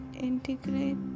integrate